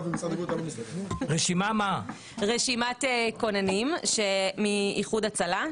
קיבלתי רשימת כוננים מאיחוד הצלה,